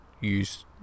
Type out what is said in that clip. use